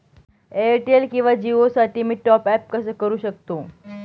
Airtel किंवा जिओसाठी मी टॉप ॲप कसे करु शकतो?